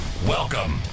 Welcome